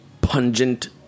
pungent